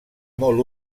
molt